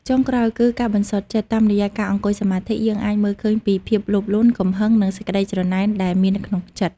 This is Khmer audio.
ចុងក្រោយគឺ ការបន្សុទ្ធចិត្ត តាមរយៈការអង្គុយសមាធិ យើងអាចមើលឃើញពីភាពលោភលន់ កំហឹង និងសេចក្តីច្រណែនដែលមាននៅក្នុងចិត្ត។